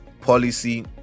policy